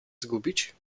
zgubić